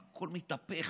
הכול מתהפך,